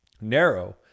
narrow